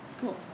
Cool